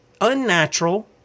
unnatural